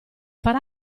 far